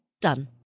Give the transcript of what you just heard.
Done